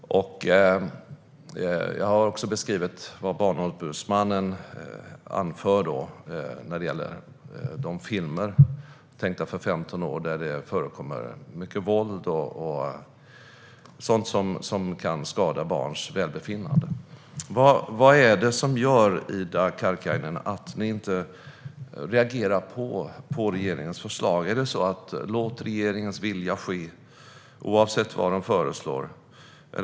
Jag har också tagit upp vad Barnombudsmannen anför för filmer tänkta för åldersgränsen femton år där det förekommer mycket våld och sådant som kan skada barns välbefinnande. Vad är det som gör, Ida Karkiainen, att ni inte reagerar på regeringens förslag? Handlar det om att låta regeringens vilja ske oavsett vad man föreslår?